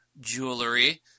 jewelry